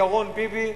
ירון ביבי,